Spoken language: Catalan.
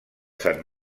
sant